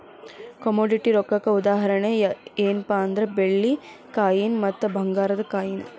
commodity ರೊಕ್ಕಕ್ಕ ಉದಾಹರಣಿ ಯೆನ್ಪಾ ಅಂದ್ರ ಬೆಳ್ಳಿ ಕಾಯಿನ್ ಮತ್ತ ಭಂಗಾರದ್ ಕಾಯಿನ್